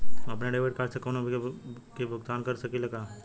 हम अपने debit card से कउनो बिल के भुगतान कइसे कर सकीला?